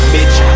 Bitch